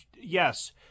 yes